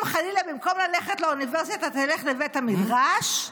אם חלילה במקום ללכת לאוניברסיטה תלך לבית המדרש,